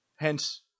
Hence